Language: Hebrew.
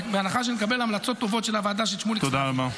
בהנחה שנקבל המלצות טובות של הוועדה של שמוליק -- תודה רבה.